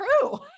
true